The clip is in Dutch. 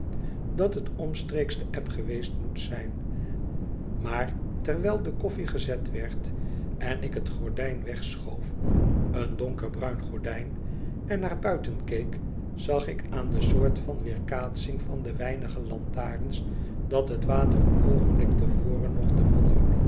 dat het omstreeks de eb geweest moet zijn maar terwijl de koffie gezet werd en ik het gordijn wegschoof een donkerbruin gordijn en naar buiten keek zag ik aan de soort van weerkaatsing van de weinige lantarens dat het water een oogenblik te voren nog de modder